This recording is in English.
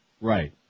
Right